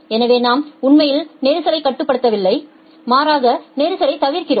எனவே நாம் உண்மையில் நெரிசலைக் கட்டுப்படுத்தவில்லை மாறாக நெரிசலைத் தவிர்க்கிறோம்